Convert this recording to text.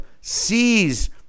sees